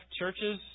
churches